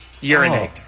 Urinate